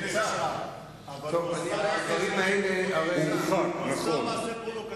אבל הוא עשה מעשה פרובוקטיבי.